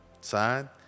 side